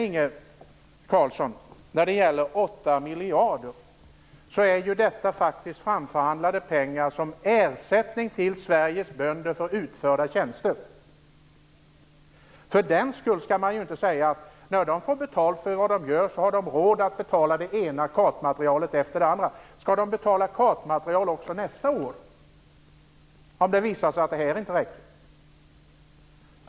Inge Carlsson! När det gäller de 8 miljarderna är det faktiskt framförhandlade pengar som ersättning till Sveriges bönder för utförda tjänster. För den skull skall man inte säga att eftersom de har fått betalt för det de gör har de råd att betala det ena kartmaterialet efter det andra. Skall de betala kartmaterial också nästa år om det visar sig att det här inte räcker?